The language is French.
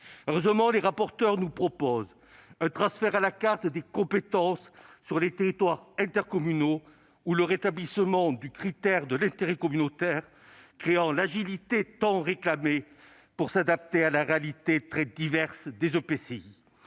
Heureusement, les rapporteurs nous proposent un transfert à la carte des compétences sur les territoires intercommunaux ou le rétablissement du critère de l'intérêt communautaire, autorisant l'agilité tant réclamée pour s'adapter à la réalité très diverse des EPCI.